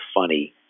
funny